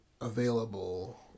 available